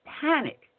panic